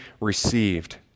received